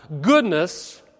Goodness